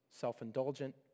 self-indulgent